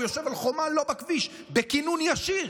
הוא יושב על חומה, לא בכביש, בכינון ישיר.